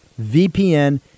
VPN